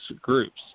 groups